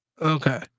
Okay